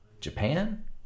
Japan